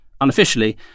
Unofficially